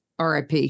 RIP